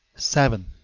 seven.